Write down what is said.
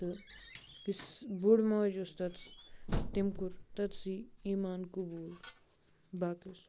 تہٕ یُس بُڑٕ مٲج اوس تَتٮ۪تھ تٔمۍ کوٚر تٔتھۍسٕے ایٖمان قبول باقٕے